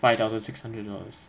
five thousand six hundred dollars